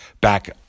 back